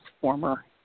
former